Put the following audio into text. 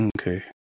Okay